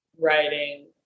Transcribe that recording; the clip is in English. writing